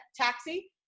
taxi